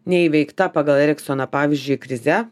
neįveikta pagal eriksoną pavyzdžiui krize